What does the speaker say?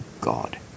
God